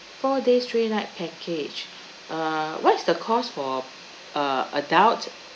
four days three night package uh what's the cost for uh adult